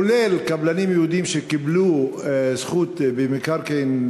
כולל קבלנים יהודים שקיבלו זכות במקרקעין,